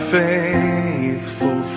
faithful